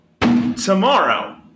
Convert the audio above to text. tomorrow